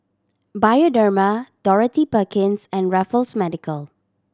Bioderma Dorothy Perkins and Raffles Medical